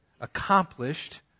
accomplished